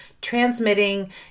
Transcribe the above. transmitting